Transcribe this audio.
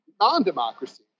non-democracy